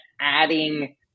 adding